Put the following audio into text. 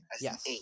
Yes